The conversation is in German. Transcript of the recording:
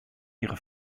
ihre